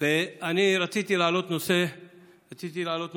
אני רציתי להעלות נושא חשוב